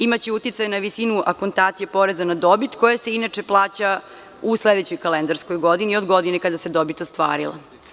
Imaće uticaj na visinu akontacije poreza na dobit koja se inače plaća u sledećoj kalendarskoj godini od godine kada se dobit ostvarila.